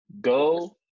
Go